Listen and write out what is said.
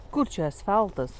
kur čia asfaltas